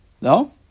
No